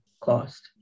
cost